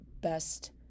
best